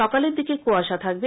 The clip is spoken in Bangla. সকালের দিকে কুয়াশা থাকবে